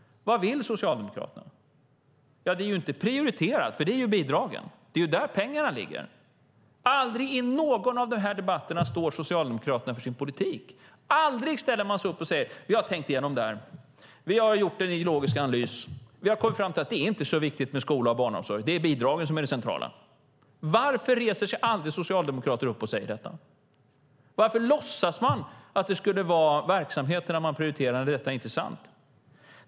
Vad vill Socialdemokraterna? Dessa verksamheter är inte prioriterade, för det är ju bidragen. Det är där pengarna ligger. Aldrig i någon av dessa debatter står Socialdemokraterna för sin politik. Aldrig ställer man sig upp och säger att vi har tänkt igenom det här, gjort en ideologisk analys och kommit fram till att det inte är så viktigt med skola och barnomsorg, utan det är bidragen som är det centrala. Varför reser sig aldrig Socialdemokraterna upp och säger detta? Varför låtsas man att det skulle vara verksamheterna man prioriterar när detta inte är sant?